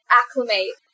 acclimate